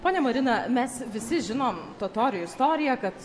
ponia marina mes visi žinom totorių istoriją kad